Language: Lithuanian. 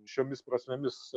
šiomis prasmėmis